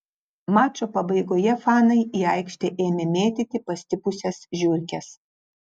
mačo pabaigoje fanai į aikštę ėmė mėtyti pastipusias žiurkes